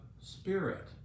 spirit